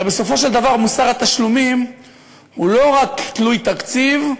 הרי בסופו של דבר מוסר התשלומים הוא לא רק תלוי תקציב,